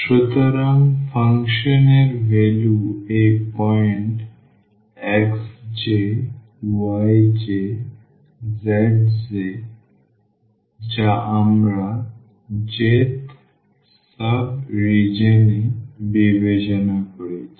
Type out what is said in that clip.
সুতরাং ফাংশন এর ভ্যালু এই পয়েন্ট xjyjzj যা আমরা j'th সাব রিজিওন এ বিবেচনা করেছি